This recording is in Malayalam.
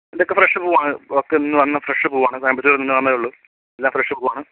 ഇതൊക്കെ ഫ്രഷ് പൂവാണ് ഒക്കെ ഇന്നുവന്ന ഫ്രഷ് പൂവാണ് ഇന്ന് വന്നതേ ഉള്ളു എല്ലാം ഫ്രഷ് പൂവാണ്